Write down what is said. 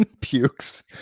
pukes